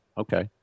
Okay